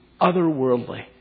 otherworldly